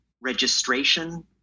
registration